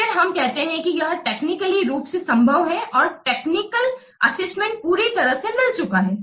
फिर हम कहते हैं कि यह टेक्निकली रूप से संभव है और टेक्निकल असेसमेंट पूरी तरह से मिल चुका है